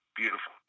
beautiful